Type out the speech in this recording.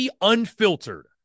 Unfiltered